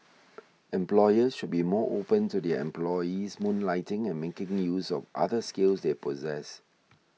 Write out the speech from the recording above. employers should be more open to their employees moonlighting and making use of other skills they possess